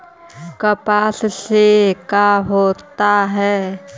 कपास से का होता है?